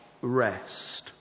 rest